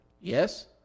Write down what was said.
Yes